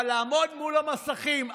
אבל לעמוד מול המסכים,